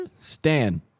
Stan